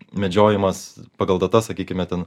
medžiojimas pagal datas sakykime ten